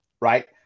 right